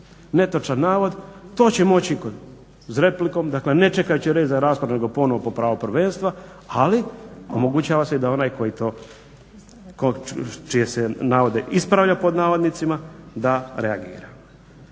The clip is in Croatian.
netočan navod to će moći replikom, dakle neće čekati red za raspravu nego ponovno po pravu prvenstva ali omogućava se da onaj čije se navode ispravlja pod navodnicima da reagira.